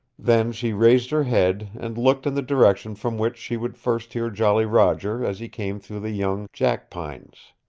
then she raised her head, and looked in the direction from which she would first hear jolly roger as he came through the young jackpines.